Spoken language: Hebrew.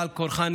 בעל כורחן,